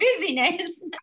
business